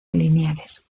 lineales